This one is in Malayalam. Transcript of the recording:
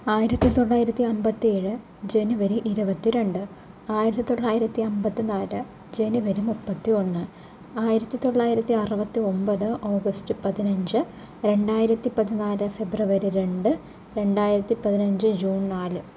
ആയിരത്തിത്തൊള്ളായിരത്തി അമ്പത്തി ഏഴ് ജനുവരി ഇരുപത്തി രണ്ട് ആയിരത്തിത്തൊള്ളായിരത്തി അമ്പത്തി നാല് ജനുവരി മുപ്പത്തി ഒന്ന് ആയിരത്തിത്തൊള്ളായിരത്തി അറുപത്തി ഒൻപത് ഓഗസ്റ്റ് പതിനഞ്ച് രണ്ടായിരത്തിപ്പതിനാല് ഫെബ്രുവരി രണ്ട് രണ്ടായിരത്തിപ്പതിനഞ്ച് ജൂൺ നാല്